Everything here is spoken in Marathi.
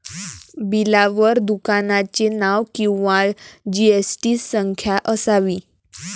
बिलावर दुकानाचे नाव किंवा जी.एस.टी संख्या असावी